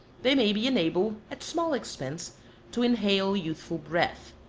they may be enabled at small expense to inhale youthful breath.